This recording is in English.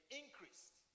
increased